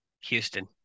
Houston